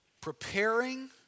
Preparing